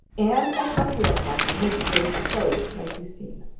and at what warehouse miss grey's clothes might be seen.